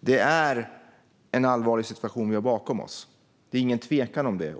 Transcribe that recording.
Det är en allvarlig situation vi har bakom oss. Det är ingen tvekan om det.